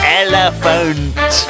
elephant